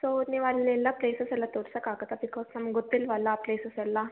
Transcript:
so ನೀವು ಅಲ್ಲೆಲ್ಲ places ಎಲ್ಲ ತೋರ್ಸೋಕೆ ಆಗುತ್ತಾ ಬಿಕಾಸ್ ನಮ್ಗೆ ಗೊತ್ತಿಲ್ವಲ್ಲ ಪ್ಲೇಸಸ್ ಎಲ್ಲ